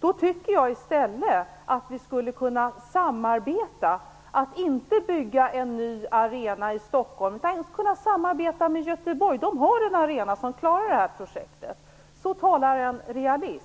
Jag tycker att vi i stället skulle kunna samarbeta med Göteborg och inte bygga en ny arena i Stockholm; i Göteborg har man en arena som klarar det här projektet. Så talar en realist.